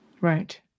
Right